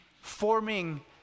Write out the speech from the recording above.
forming